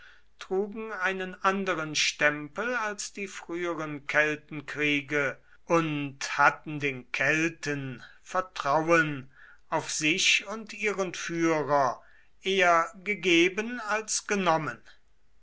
trugen einen anderen stempel als die früheren keltenkriege und hatten den kelten vertrauen auf sich und ihren führer eher gegeben als genommen